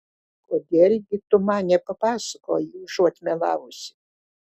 kodėl gi tu man nepapasakoji užuot melavusi